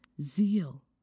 Zeal